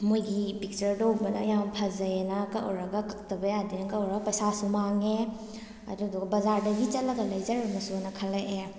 ꯃꯣꯏꯒꯤ ꯄꯤꯛꯆ꯭꯭ꯔꯗꯣ ꯎꯕꯗ ꯌꯥꯝ ꯐꯥꯖꯩꯑꯅ ꯀꯛꯎꯔꯒ ꯀꯛꯇꯕ ꯌꯥꯗꯦꯅ ꯀꯛꯎꯔꯒ ꯄꯩꯁꯥꯁꯨ ꯃꯥꯡꯉꯦ ꯑꯗꯨꯗꯨꯒ ꯕꯖꯥꯔꯗꯒꯤ ꯆꯠꯂꯒ ꯂꯩꯖꯔꯝꯃꯥꯁꯨꯅ ꯈꯜꯂꯛꯑꯦ